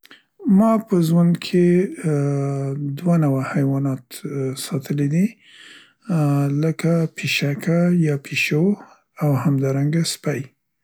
ما په زوند کې دوه نوع حیوانات ساتلي دي، لکه پيشکه یا پیشو او همدارنګه سپی.